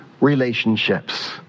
Relationships